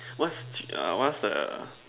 what's uh what's err